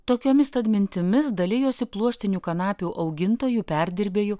tokiomis tad mintimis dalijosi pluoštinių kanapių augintojų perdirbėjų